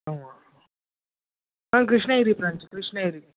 ஆமாம் ஆ கிருஷ்ணகிரி பிராஞ்ச் கிருஷ்ணகிரி